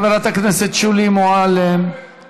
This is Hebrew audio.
חברת הכנסת שולי מועלם-רפאלי,